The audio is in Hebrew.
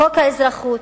חוק האזרחות,